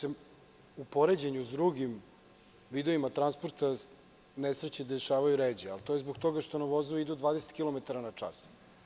U poređenju s drugim vidovima transporta, zaista se na železnici nesreće dešavaju ređe, ali to je zbog toga što nam vozovi idu 20 km na čas.